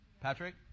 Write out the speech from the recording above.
Patrick